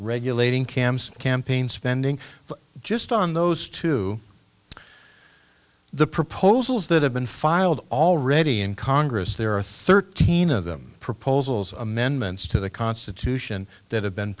regulating cambs campaign spending just on those two the proposals that have been filed already in congress there are thirteen of them proposals amendments to the constitution that have been